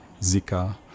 Zika